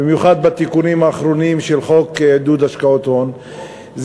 במיוחד בתיקונים האחרונים של חוק עידוד השקעות הון,